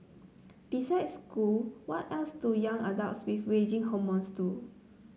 besides school what else do young adults with raging hormones do